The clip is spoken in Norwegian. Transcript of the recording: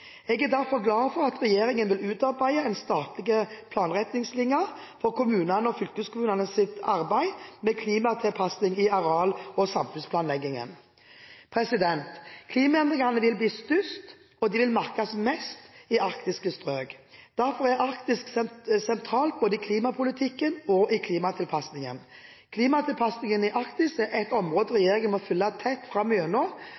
Jeg er derfor glad for at regjeringen vil utarbeide en statlig planretningslinje for kommunenes og fylkeskommunenes arbeid med klimatilpasning i areal- og samfunnsplanleggingen. Klimaendringene vil bli størst – og de vil merkes mest – i arktiske strøk. Derfor er Arktis et sentralt område både i klimapolitikken og i klimatilpasningen. Klimatilpasning i Arktis er et område